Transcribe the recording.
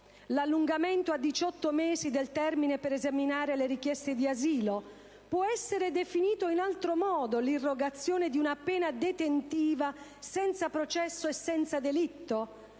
l'allungamento a 18 mesi del termine per esaminare le richieste di asilo? Può essere definita in altro modo l'irrogazione di una pena detentiva senza processo e senza delitto?